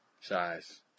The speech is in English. size